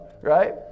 right